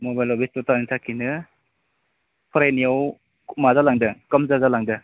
मबाइलआव बेस्त'तानि थाखायनो फरायनायाव माबा जालांदों कमजर जालांदों